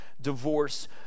divorce